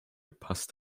passt